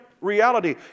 reality